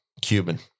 Cuban